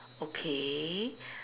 okay